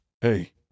Hey